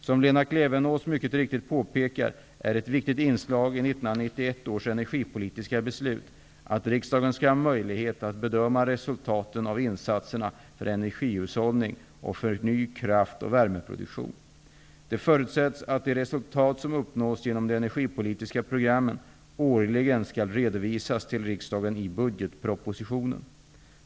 Som Lena Klevenås mycket riktigt påpekar är ett viktigt inslag i 1991 års energipolitiska beslut att riksdagen skall ha möjlighet att bedöma resultaten av insatserna för energihushållning och för ny kraftoch värmeproduktion. Det förutsätts att de resultat som uppnås genom de energipolitiska programmen årligen skall redovisas till riksdagen i budgetpropositionen.